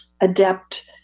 adept